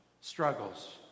struggles